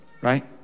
right